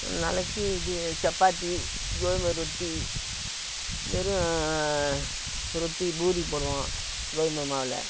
ஒரு நாளைக்கு இது சப்பாத்தி கோதுமை ரொட்டி வெறும் ரொட்டி பூரி போடுவோம் கோதுமை மாவில்